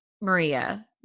Maria